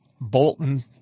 Bolton